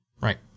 right